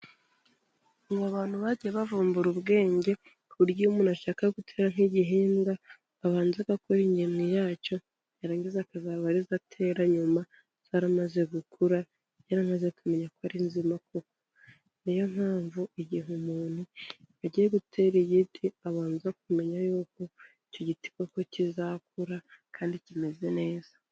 Ubu abantu bagiye bavumbura ubwenge, ku buryo iyo umuntu ashaka gutera nk'igihingwa, abanza agakora ingemwe yacyo, yarangiza akazaba aribwo atera nyuma, zaramaze gukura, yaramaze kumenya ko ari nzima kuko, niyo mpamvu igihe umuntu agiye gutera igiti abanza kumenya yuko icyo giti koko kizakura kandi kimeze neza.